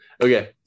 okay